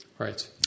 Right